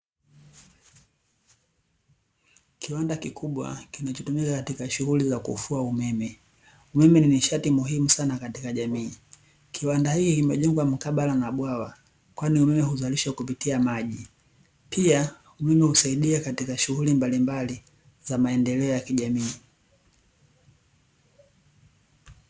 Kiwanda kikubwa kinachotumika katika shughuli za kufua umeme. Umeme ni nishati muhimu sana katika jamii. Kiwanda hiki kimejengwa mkabala na bwawa, kwani umeme huzalishwa kupitia maji. Pia umeme husaidia katika shughuli mbalimbali za maendeleo ya kijamii.